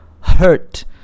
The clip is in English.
hurt